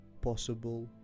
possible